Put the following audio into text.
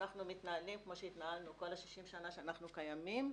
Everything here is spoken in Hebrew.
אנחנו מתנהלים כמו שהתנהלנו כל ה-60 שנה שאנחנו קיימים,